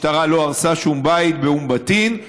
המשטרה לא הרסה שום בית באום בטין.